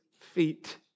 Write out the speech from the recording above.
feet